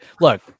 look